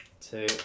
Two